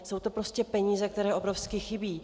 Jsou to prostě peníze, které obrovsky chybí.